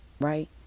right